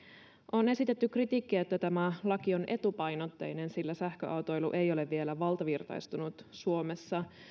on esitetty kritiikkiä että tämä laki on etupainotteinen sillä sähköautoilu ei ole vielä valtavirtaistunut suomessa